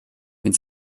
mit